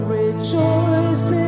rejoice